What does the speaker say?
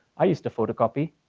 i used to photocopy.